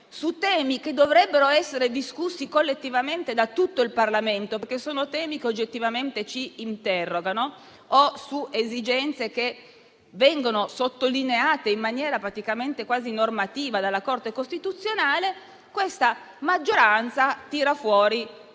su temi che dovrebbero essere affrontati collettivamente da tutto il Parlamento, in quanto temi che oggettivamente ci interrogano, o su esigenze che vengono sottolineate in maniera quasi normativa dalla Corte costituzionale, la maggioranza tira fuori